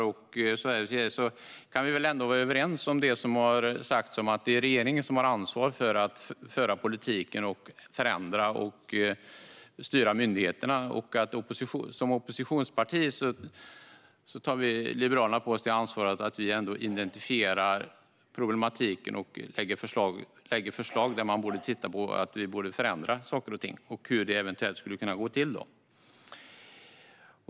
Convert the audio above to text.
Men vi kan väl ändå vara överens om att det är regeringen som har ansvaret för att föra politiken, förändra och styra myndigheterna. Som oppositionsparti tar vi liberaler på oss ansvaret att identifiera problematiken och lägga fram förslag om hur man eventuellt skulle kunna förändra saker och ting.